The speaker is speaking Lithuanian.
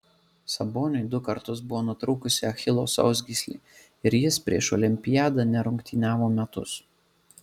saboniui du kartus buvo nutrūkusi achilo sausgyslė ir jis prieš olimpiadą nerungtyniavo metus